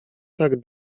tak